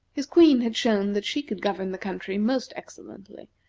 his queen had shown that she could govern the country most excellently,